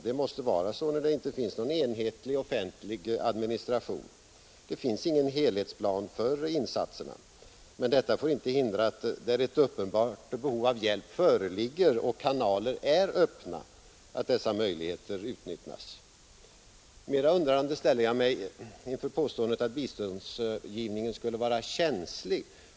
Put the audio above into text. Det måste vara så när det inte finns någon enhetlig, offentlig insatser till Indokinas folk insatser till Indokinas folk administration. Det finns ingen helhetsplan för insatserna. Men detta får inte hindra att möjligheterna utnyttjas där ett uppenbart behov av hjälp föreligger och kanaler är öppna Mera undrande ställer jag mig inför påståendet att biståndsgivningen skulle vara ”känslig”.